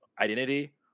identity